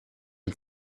and